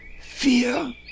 fear